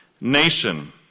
Nation